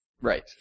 Right